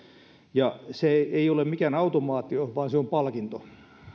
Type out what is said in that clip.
ja se ei ole mikään automaatio vaan se on palkinto